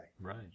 Right